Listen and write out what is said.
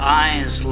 eyes